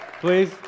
please